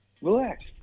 Relax